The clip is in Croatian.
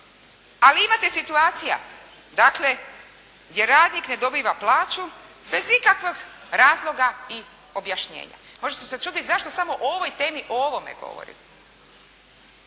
Ali imate situacija dakle gdje radnik ne dobiva plaću bez ikakvog razloga i objašnjenja. Možda ćete se čudit zašto samo o ovoj temi, o ovome govorim.